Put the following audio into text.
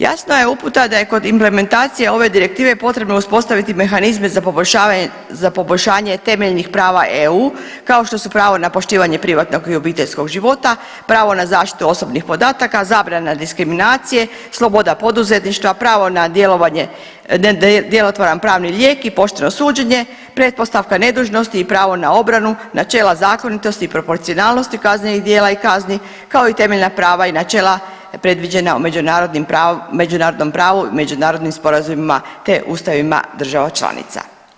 Jasna je uputa da je kod implementacije ove direktive potrebno uspostaviti mehanizme za poboljšavanje, za poboljšanje temeljnih prava EU kao što su pravo na poštivanje privatnog i obiteljskog života, pravo na zaštitu osobnih podataka, zabrana diskriminacije, sloboda poduzetništva, pravo na djelovanje, djelotvoran pravni lijek i pošteno suđenje, pretpostavka nedužnosti i pravo na obranu, načela zakonitosti i proporcionalnosti kaznenih djela i kazni kao i temeljna prava i načela predviđena međunarodnim pravom, međunarodnim sporazumima te ustavima država članica.